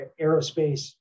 Aerospace